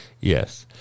Yes